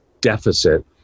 deficit